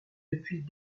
depuis